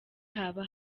haba